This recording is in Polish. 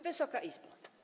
Wysoka Izbo!